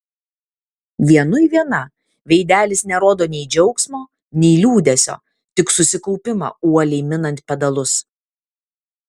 vienui viena veidelis nerodo nei džiaugsmo nei liūdesio tik susikaupimą uoliai minant pedalus